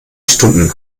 stunden